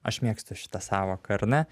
aš mėgstu šitą sąvoką ar ne